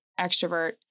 extrovert